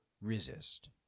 resist